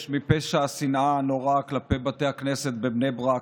מפשע השנאה הנורא כלפי בתי הכנסת בבני ברק.